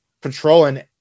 patrolling